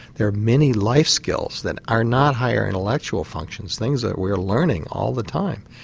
there are many life skills that are not higher intellectual functions, things that we are learning all the time,